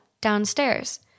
downstairs